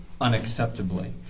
unacceptably